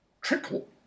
trickle